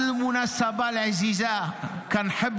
(אומר דברים בשפה המרוקאית, להלן